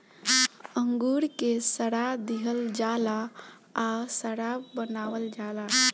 अंगूर के सड़ा दिहल जाला आ शराब बनावल जाला